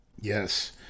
Yes